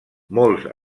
molts